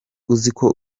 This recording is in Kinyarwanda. uziko